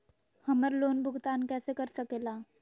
हम्मर लोन भुगतान कैसे कर सके ला?